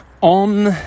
on